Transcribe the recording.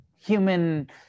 human